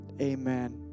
Amen